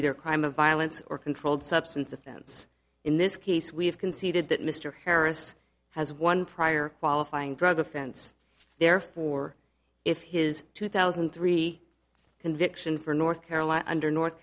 either a crime of violence or controlled substance offense in this case we have conceded that mr harris has one prior qualifying drug offense therefore if his two thousand and three conviction for north carolina under north